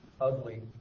ugly